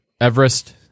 Everest